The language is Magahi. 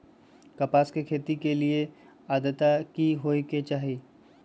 कपास के खेती के लेल अद्रता की होए के चहिऐई?